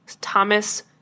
thomas